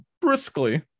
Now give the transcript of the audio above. briskly